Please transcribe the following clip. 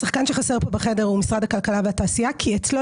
השחקן שחסר פה בחדר הוא משרד הכלכלה והתעשייה כי אצלו